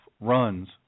runs